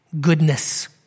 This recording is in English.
goodness